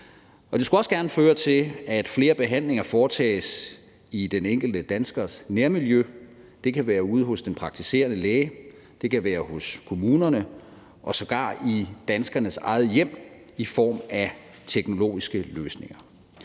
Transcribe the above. Det skulle også gerne føre til, at flere behandlinger foretages i den enkelte danskers nærmiljø. Det kan være ude hos den praktiserende læge. Det kan være hos kommunerne og sågar i danskernes eget hjem i form af teknologiske løsninger.